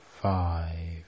five